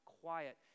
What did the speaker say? quiet